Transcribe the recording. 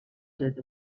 that